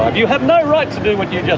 you have no right to do what you just